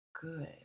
good